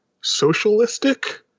socialistic